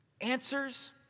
Answers